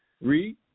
Read